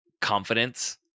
confidence